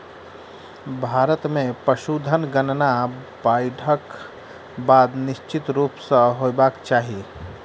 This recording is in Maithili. भारत मे पशुधन गणना बाइढ़क बाद निश्चित रूप सॅ होयबाक चाही